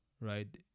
right